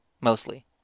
Mostly